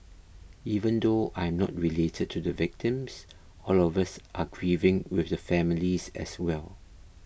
even though I am not related to the victims all of us are grieving with the families as well